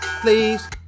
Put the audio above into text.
please